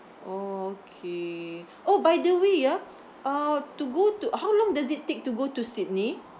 okay oh by the way ah uh to go to how long does it take to go to sydney